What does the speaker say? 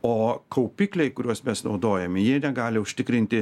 o kaupikliai kuriuos mes naudojame jie negali užtikrinti